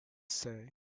say